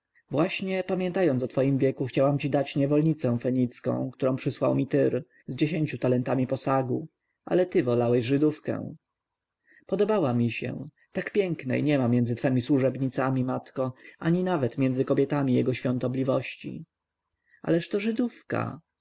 właśnie pamiętając o twoim wieku chciałam ci dać niewolnicę fenicką którą przysłał mi tyr z dziesięciu talentami posagu ale ty wolałeś żydówkę podobała mi się tak pięknej niema między twemi służebnicami matko ani nawet między kobietami jego świątobliwości ależ to żydówka